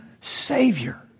Savior